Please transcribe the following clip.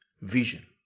vision